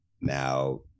Now